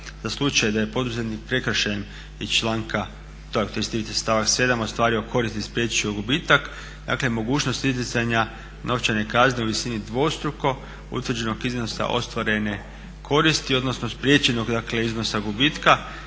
za slučaj da je poduzetnik prekršajem iz članka 33.stavak 7.ostvario koristi i spriječio gubitak dakle mogućnost izricanja novčane kazne u visini dvostruko utvrđenog iznosa ostvarene koristi, odnosno spriječenog dakle iznosa gubitka